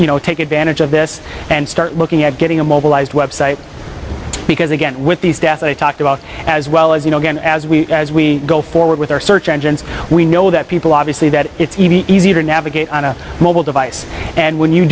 you know take advantage of this and start looking at getting a mobilized website because again with these deaths i talked about as well as you know again as we as we go forward with our search engines we know that people obviously that it's easier to navigate on a mobile device and when you